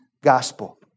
gospel